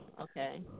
Okay